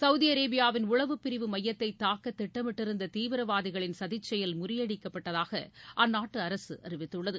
Saudi அரேபியாவின் உளவுப் பிரிவு மையத்தை தாக்க திட்டமிட்டிருந்த தீவிரவாதிகளின் சதி செயல் முறியடிக்கப்பட்டதாக அந்நாட்டு அரசு அறிவித்துள்ளது